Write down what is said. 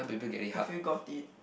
have you got it